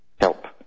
help